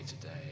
today